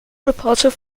repulsive